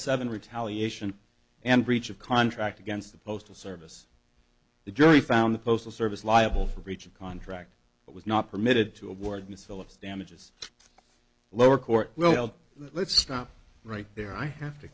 seven retaliation and breach of contract against the postal service the jury found the postal service liable for breach of contract but was not permitted to award miss phillips damages lower court well let's stop right there i have to